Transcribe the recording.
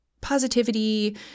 positivity